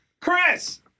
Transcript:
Chris